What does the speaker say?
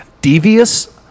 devious